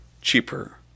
cheaper